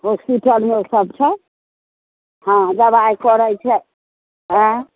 होस्पिटलमे सब छै हँ दबाइ करैत छै आएँ